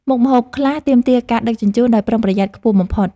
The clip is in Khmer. មុខម្ហូបខ្លះទាមទារការដឹកជញ្ជូនដោយប្រុងប្រយ័ត្នខ្ពស់បំផុត។